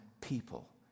people